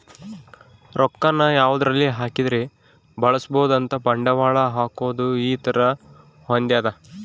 ರೊಕ್ಕ ನ ಯಾವದರಲ್ಲಿ ಹಾಕಿದರೆ ಬೆಳ್ಸ್ಬೊದು ಅಂತ ಬಂಡವಾಳ ಹಾಕೋದು ಈ ತರ ಹೊಂದ್ಯದ